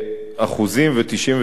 35.96% ממנו.